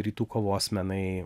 rytų kovos menai